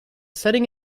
setting